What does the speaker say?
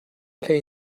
hlei